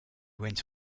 went